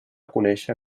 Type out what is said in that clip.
conèixer